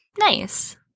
Nice